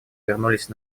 вернулись